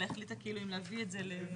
אלא החליטה אם להביא את זה לדיון.